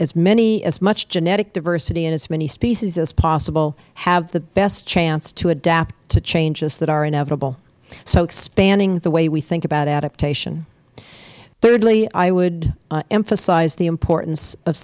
so as much genetic diversity and as many species as possible have the best chance to adapt to changes that are inevitable so expanding the way we think about adaptation thirdly i would emphasize the importance of